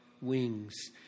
wings